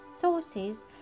sources